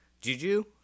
Juju